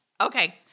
Okay